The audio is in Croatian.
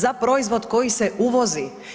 Za proizvod koji se uvozi.